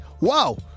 wow